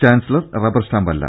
chancellor rubber സ്റ്റാമ്പല്ല